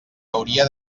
hauria